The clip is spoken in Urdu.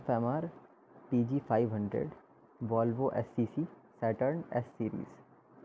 F M R P G five hundred Volvo S C C Saturn S series